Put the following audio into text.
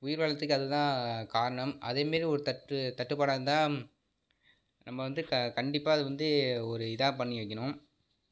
உயிர் வாழுகிறதுக்கு அது தான் காரண அதேமாரி ஒரு தட்டு தட்டுப்பாடாருந்தால் நம்ம வந்து கண்டிப்பாக அது வந்து ஒரு இதாக பண்ணி வக்கிகணும்